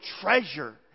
treasure